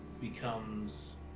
becomes